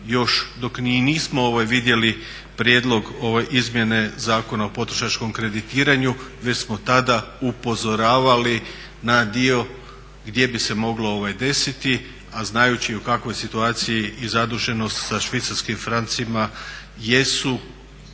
ni nismo vidjeli Prijedlog izmjene Zakona o potrošačkom kreditiranju. Već smo tada upozoravali na dio gdje bi se moglo desiti, a znajući u kakvoj situaciji i zaduženost sa švicarskim francima jesu